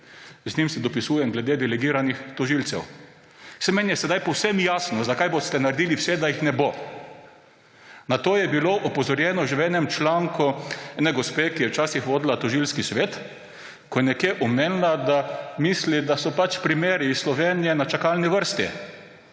z njim si dopisujem glede delegiranih tožilcev. Meni je sedaj povsem jasno, zakaj boste naredili vse, da jih ne bo. Na to je bilo opozorjeno že v članku ene gospe, ki je včasih vodila tožilski svet, ko je omenila, da misli, da so primeri iz Slovenije na čakalni vrsti.